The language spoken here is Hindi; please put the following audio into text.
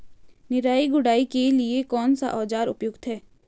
निराई गुड़ाई के लिए कौन सा औज़ार उपयुक्त है?